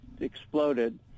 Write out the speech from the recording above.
exploded